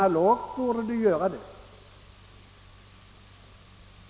Analogt borde det förhålla sig så.